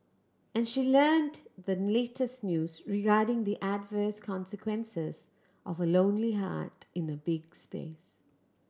and she learnt the latest news regarding the adverse consequences of a lonely heart in a big space